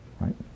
right